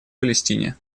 палестине